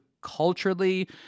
culturally